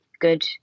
good